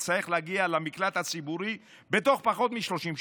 תצטרך להגיע למקלט הציבורי בתוך פחות מ-30 שניות.